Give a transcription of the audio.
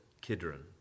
Kidron